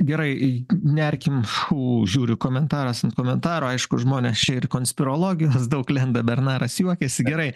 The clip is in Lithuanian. gerai į nerkim ū žiūriu komentaras ant komentaro aišku žmonės čia ir konspirologinis daug lenda bernaras juokiasi gerai